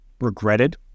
regretted